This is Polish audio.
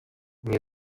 nie